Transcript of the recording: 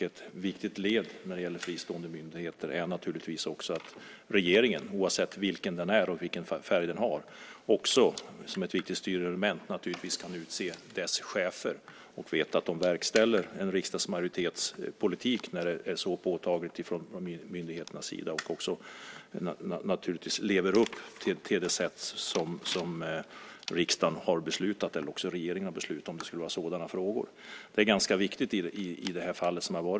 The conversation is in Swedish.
Ett viktigt led när det gäller fristående myndigheter är att regeringen, oavsett vilken den är och vilken färg den har, som ett viktigt styrelement kan utse dess chefer och veta att de verkställer en riksdagsmajoritets politik. Det är ju så påtagligt från myndigheternas sida att de lever upp till det sätt som riksdagen och även regeringen har beslutat om, om det skulle vara sådana frågor. Det är ganska viktigt i det här fallet.